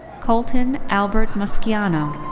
coleton albert musciano.